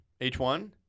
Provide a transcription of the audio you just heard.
H1